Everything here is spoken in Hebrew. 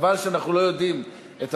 חבל שאנחנו לא יודעים, נכון.